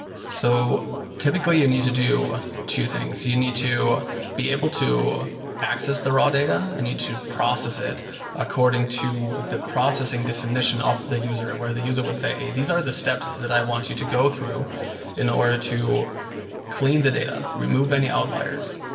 so typically, you need to do two things. you you need to be able to access the raw data. you and need to process it according to the processing definition of the user, where the user would say, hey, these are the steps that i want you to go through in order to clean the data, remove any outliers,